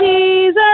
Jesus